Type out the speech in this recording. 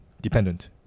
dependent